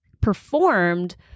performed